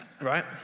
right